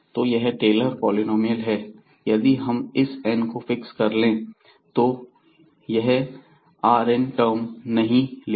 तो यह Taylor polynomial है यदि हम इस n को फिक्स कर लें और यह rn टर्म नहीं लिखें